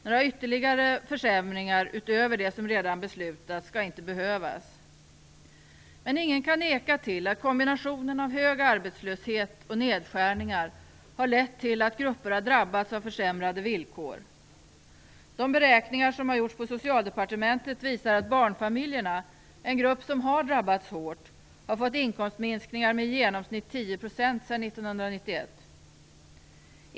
Några ytterligare försämringar utöver de som redan har beslutats skall inte behövas. Men ingen kan neka till att kombinationen av hög arbetslöshet och nedskärningar har lett till att grupper har drabbats av försämrade villkor. De beräkningar som har gjorts på Socialdepartementet visar att barnfamiljerna, en grupp som har drabbats svårt, har fått inkomstminskningar med i genomsnitt 10 % sedan 1991.